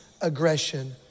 aggression